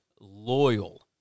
loyal